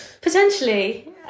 Potentially